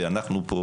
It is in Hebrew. ואנחנו פה,